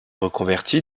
reconvertie